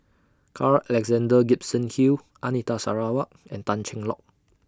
Carl Alexander Gibson Hill Anita Sarawak and Tan Cheng Lock